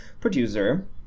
producer